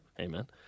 Amen